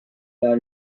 none